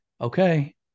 okay